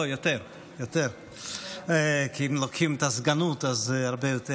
כי אם לוקחים את הסגנות זה הרבה יותר,